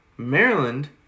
Maryland